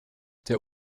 der